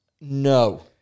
No